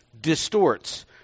distorts